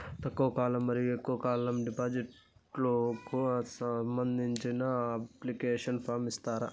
తక్కువ కాలం మరియు ఎక్కువగా కాలం డిపాజిట్లు కు సంబంధించిన అప్లికేషన్ ఫార్మ్ ఇస్తారా?